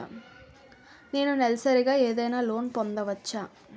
నేను నెలసరిగా ఏదైనా లోన్ పొందవచ్చా?